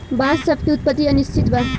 बांस शब्द के उत्पति अनिश्चित बा